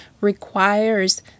requires